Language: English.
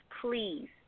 please